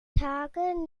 tage